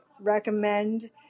recommend